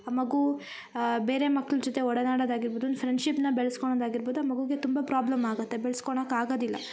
ಮಗು ಬೇರೆ ಮಕ್ಳ ಜೊತೆ ಓಡನಾಡದ ಆಗಿರ್ಬೋದು ಒಂದು ಫ್ರೆಂಡ್ಶಿಪ್ನ ಬೆಳೆಸ್ಕೊಳೋದು ಆಗಿರ್ಬೋದು ಆ ಮಗುಗೆ ತುಂಬಾ ಪ್ರಾಬ್ಲಮ್ ಆಗತ್ತೆ ಬೆಳೆಸ್ಕೊಳೋಕೆ ಆಗದಿಲ್ಲ